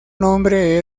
nombre